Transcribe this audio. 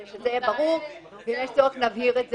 שזה יהיה ברור, ואם יש צורך נבהיר את זה.